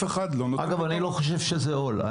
אני לא חושב שזה עול.